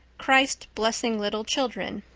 christ blessing little children